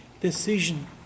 decision